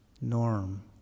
Norm